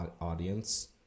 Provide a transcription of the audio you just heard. audience